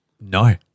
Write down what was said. No